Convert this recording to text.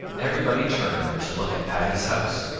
everybody turned to look at paddy's house,